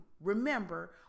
Remember